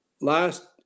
Last